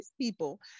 people